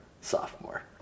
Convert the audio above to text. sophomore